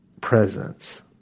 presence